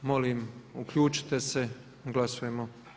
Molim uključite se, glasujemo.